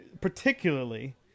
particularly